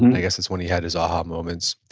and i guess it's when he had his aha moments.